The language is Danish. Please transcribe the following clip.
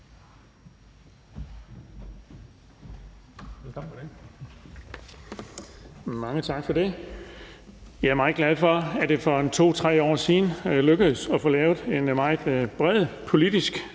Mange tak for det. Jeg er meget glad for, at det for en 2-3 år siden lykkedes at få lavet en meget bred politisk